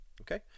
Okay